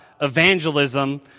evangelism